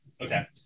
Okay